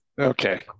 Okay